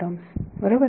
terms बरोबर